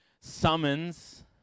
summons